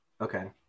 okay